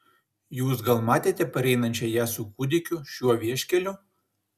jūs gal matėte pareinančią ją su kūdikiu šiuo vieškeliu